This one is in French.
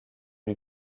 lui